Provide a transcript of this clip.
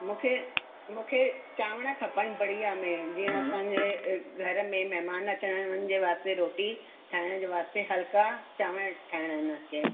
मूंखे मूंखे चांवर खपनि बढ़िया में जीअं असांजे घर में महिमान अचणा आहिनि उन्हनि के वास्ते रोटी ठायण जे वास्ते हल्का चांवर ठाहिणा आहिनि कें